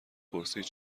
پرسید